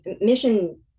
mission